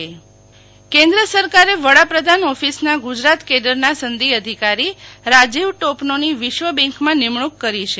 શીતલ વૈશ્નવ સનદી અધિકારી કેન્દ્ર સરકારે વડાપ્રધાન ઓફીસના ગુજરાત કેડરના સનદી અધીઓકારી રાજીવ ટોપનાની વિશ્વ બેંકમાં નિમણુક કરી છે